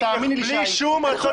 תאמיני לי שהייתי בא.